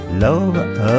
Love